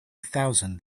thousand